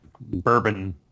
bourbon